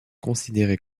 considéré